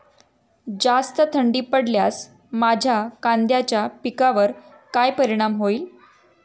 जास्त थंडी पडल्यास माझ्या कांद्याच्या पिकावर काय परिणाम होईल?